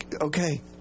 okay